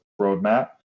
roadmap